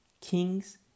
kings